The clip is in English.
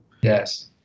Yes